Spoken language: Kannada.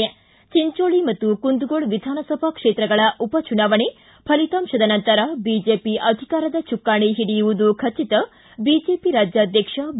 ಿ ಚಿಂಚೋಳಿ ಮತ್ತು ಕುಂದಗೋಳ ವಿಧಾನಸಭಾ ಕ್ಷೇತ್ರಗಳ ಉಪಚುನಾವಣೆ ಫಲಿತಾಂಶದ ನಂತರ ಬಿಜೆಪಿ ಅಧಿಕಾರದ ಚುಕ್ಕಾಣಿ ಹಿಡಿಯುವುದು ಖಚಿತ ಬಿಜೆಪಿ ರಾಜ್ಯಾಧ್ವಕ್ಷ ಬಿ